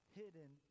hidden